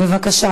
בבקשה,